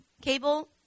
cable